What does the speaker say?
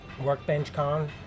WorkbenchCon